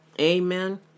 Amen